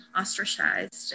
ostracized